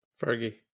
Fergie